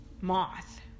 moth